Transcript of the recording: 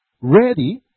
ready